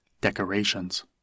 Decorations